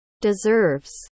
deserves